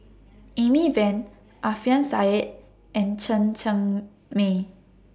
Amy Van Alfian Saly and Chen Cheng Mei